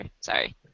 Sorry